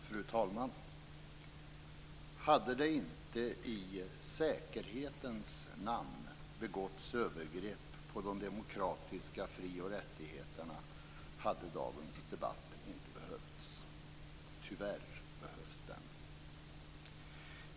Fru talman! Hade det inte i säkerhetens namn begåtts övergrepp på de demokratiska fri och rättigheterna hade dagens debatt inte behövts. Tyvärr behövs den.